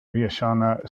vaishnava